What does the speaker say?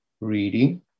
reading